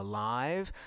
Alive